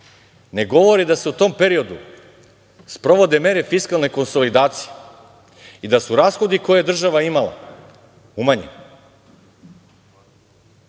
Ne govore da se u tom periodu sprovode mere fiskalne konsolidacije i da su rashodi koje je država imala umanjeni.